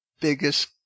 biggest